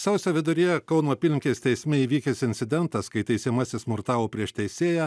sausio viduryje kauno apylinkės teisme įvykęs incidentas kai teisiamasis smurtavo prieš teisėją